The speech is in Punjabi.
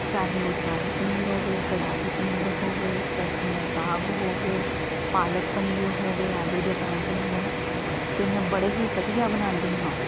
ਚਾਹੇ ਉਹ ਸ਼ਾਹੀ ਪਨੀਰ ਹੋਵੇ ਕੜਾਹੀ ਪਨੀਰ ਹੋਵੇ ਸਰਸੋਂ ਦਾ ਸਾਗ ਹੋਵੇ ਪਾਲਕ ਪਨੀਰ ਹੋਵੇ ਆਲੂ ਦੇ ਪਰਾਂਠੇ ਹੋਣ ਅਤੇ ਮੈਂ ਬੜੇ ਹੀ ਵਧੀਆ ਬਣਾਉਂਦੀ ਹਾਂ